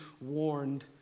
warned